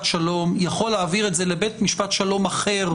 שלום יכול להעביר את זה לבית משפט שלום אחר,